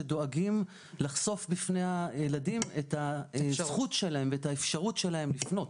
שדואגים לחשוף בפני הילדים את הזכות שלהם ואת האפשרות שלהם לפנות.